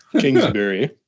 Kingsbury